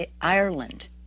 ireland